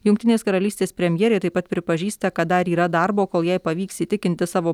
jungtinės karalystės premjerė taip pat pripažįsta kad dar yra darbo kol jai pavyks įtikinti savo